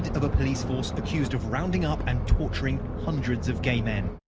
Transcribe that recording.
of a police force accused of rounding up and torturing hundreds of gay men.